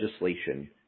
legislation –